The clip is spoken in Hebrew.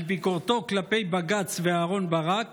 על ביקורתו כלפי בג"ץ ואהרן ברק